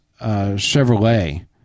Chevrolet